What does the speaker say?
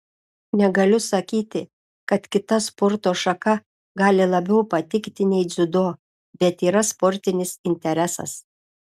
negaliu sakyti kad kita sporto šaka gali labiau patikti nei dziudo bet yra sportinis interesas